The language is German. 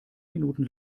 minuten